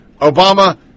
Obama